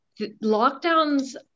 lockdown's